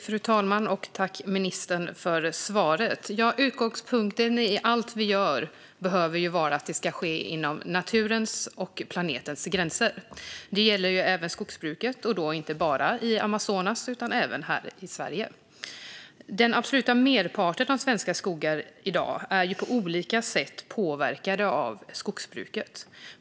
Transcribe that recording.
Fru talman! Tack, ministern, för svaret! Utgångspunkten i allt vi gör behöver vara att det ska ske inom naturens och planetens gränser. Det gäller även skogsbruket och då inte bara i Amazonas utan även här i Sverige. I dag är den absoluta merparten av svenska skogar på olika sätt påverkad av skogsbruk.